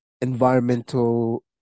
environmental